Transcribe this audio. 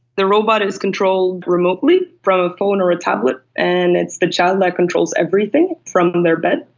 the robot is controlled remotely, from a phone or a tablet, and it's the child that controls everything from their bed.